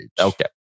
Okay